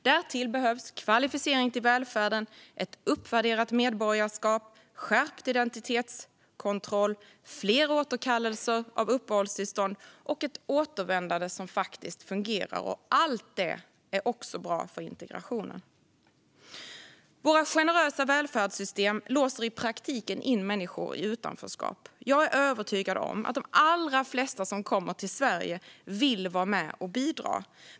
Därtill behövs kvalificering till välfärden, ett uppvärderat medborgarskap, skärpt identitetskontroll, fler återkallelser av uppehållstillstånd och ett återvändande som faktiskt fungerar. Allt detta är också bra för integrationen. Våra generösa välfärdssystem låser i praktiken in människor i utanförskap. Jag är övertygad om att de allra flesta som kommer till Sverige vill vara med och bidra.